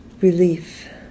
relief